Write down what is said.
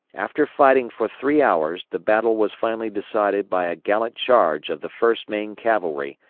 after fighting for three hours the battle was finally decided by a gallant charge of the first maine cavalry,